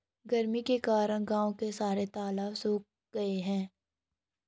गर्मी के कारण गांव के सारे तालाब सुख से गए हैं